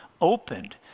opened